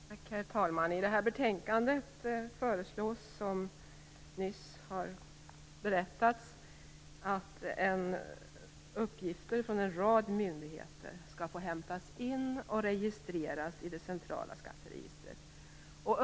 Herr talman! I detta betänkande föreslås, som nyss har berättats, att uppgifter från en rad myndigheter skall få hämtas in och registreras i det centrala skatteregistret.